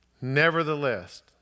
Nevertheless